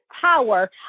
power